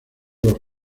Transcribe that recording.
los